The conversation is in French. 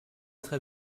très